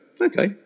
Okay